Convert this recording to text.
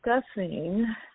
discussing